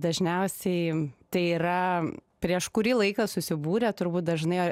dažniausiai tai yra prieš kurį laiką susibūrę turbūt dažnai